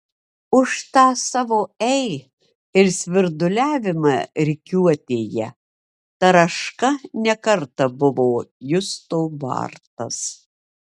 už tą savo ei ir svirduliavimą rikiuotėje taraška ne kartą buvo justo bartas